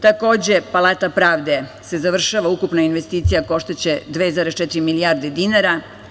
Takođe, Palata pravde se završava, ukupna investicija koštaće 2,4 milijarde dinara.